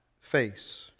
face